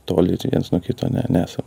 toli čia viens nuo kito ne nesam